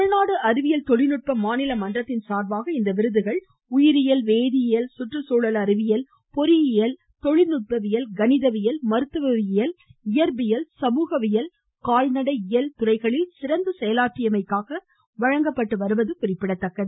தமிழ்நாடு அறிவியல் தொழில்நுட்ப மாநில மன்றத்தின் சார்பாக இந்த விருதுகள் உயிரியல் வேதியல் கற்றுச்சூழல் அறிவியல் பொறியியல் தொழில்நுட்பவியல் கணிதவியல் மருத்துவவியல் இயற்பியல் சமூகவியல் கால்நடை இயல் துறைகளில் சிறந்து செயலாற்றியமைக்காக வழங்கப்பட்டு வருவது குறிப்பிடத்தக்கது